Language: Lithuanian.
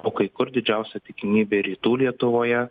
o kai kur didžiausia tikimybė rytų lietuvoje